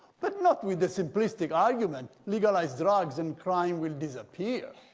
but not with the simplistic argument, legalize drugs, and crime will disappear.